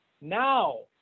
now